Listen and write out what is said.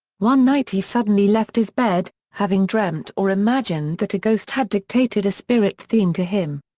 one night he suddenly left his bed, having dreamt or imagined that a ghost had dictated a spirit theme to him.